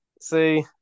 See